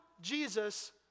Jesus